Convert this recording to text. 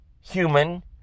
human